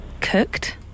Cooked